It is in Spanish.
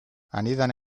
anidan